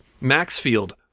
Maxfield